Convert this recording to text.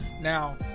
Now